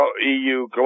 EU